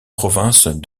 provinces